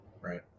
Right